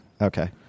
Okay